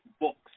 books